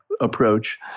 approach